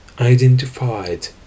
identified